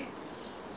north bridge road